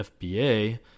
FBA